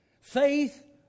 Faith